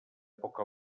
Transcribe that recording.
poc